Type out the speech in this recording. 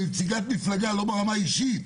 לנציגת מפלגה לא ברמה האישית